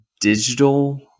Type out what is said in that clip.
digital